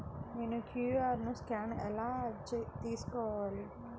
నేను QR scan ఎలా తీసుకోవాలి?